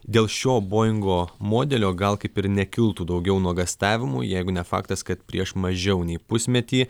dėl šio boingo modelio gal kaip ir nekiltų daugiau nuogąstavimų jeigu ne faktas kad prieš mažiau nei pusmetį